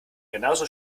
genauso